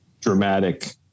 dramatic